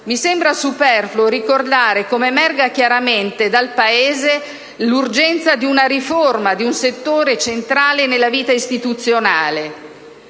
Mi sembra superfluo ricordare come emerga chiaramente dal Paese l'urgenza di una riforma di un settore centrale della vita istituzionale.